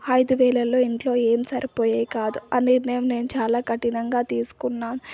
ఐదు వేలలో ఇంట్లో ఏం సరిపోయేది కాదు ఆ నిర్ణయం నేను చాలా కఠినంగా తీసుకున్నా